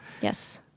Yes